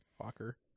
Walker